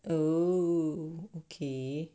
oh okay